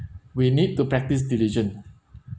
we need to practice diligent